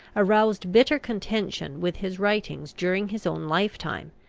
aroused bitter contention with his writings during his own lifetime,